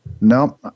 no